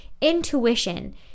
intuition